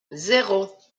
zéro